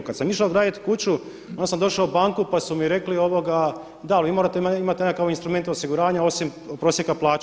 Kad sam išao graditi kuću, onda sam došao u banku pa su mi rekli, da ali vi morate imati nekakav instrument osiguranja osim prosjeka plaće.